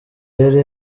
yari